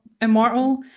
immortal